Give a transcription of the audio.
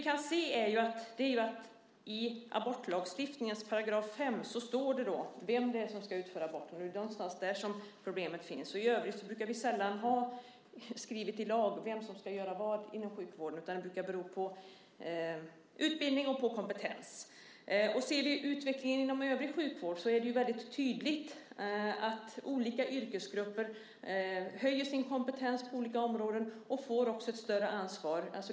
I abortlagstiftningens 5 § står det vem det är som ska utföra aborten, och det är någonstans där som problemet finns. I övrigt brukar vi sällan ha skrivet i lag vem som ska göra vad inom sjukvården. Det brukar bero på utbildning och kompetens. Om vi ser på utvecklingen inom övrig sjukvård är det väldigt tydligt att olika yrkesgrupper höjer sin kompetens på olika områden och också får ett större ansvar.